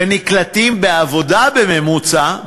ונקלטים בעבודה בממוצע,